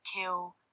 Kill